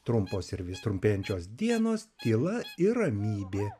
trumpos ir vis trumpėjančios dienos tyla ir ramybė